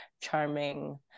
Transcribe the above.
Charming